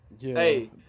Hey